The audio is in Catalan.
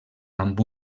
amb